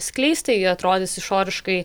skleisti ji atrodys išoriškai